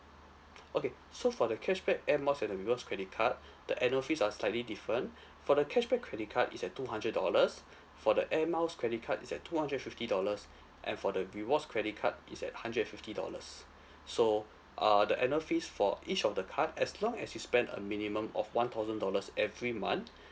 okay so for the cashback air miles and the rewards credit card the annual fees are slightly different for the cashback credit card is at two hundred dollars for the air miles credit card is at two hundred and fifty dollars and for the rewards credit card is at hundred and fifty dollars so uh the annual fees for each of the card as long as you spend a minimum of one thousand dollars every month